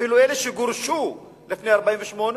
אפילו אלה שגורשו לפני 48'